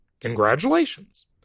Congratulations